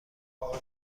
اوقات